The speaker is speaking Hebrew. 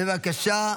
בבקשה.